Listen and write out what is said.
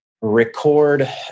record